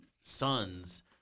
sons